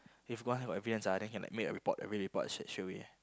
if got have evidence ah then can like make a report write report straight straight away